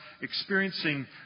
experiencing